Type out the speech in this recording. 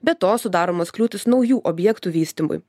be to sudaromos kliūtys naujų objektų vystymui